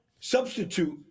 substitute